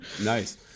Nice